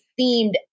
themed